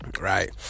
right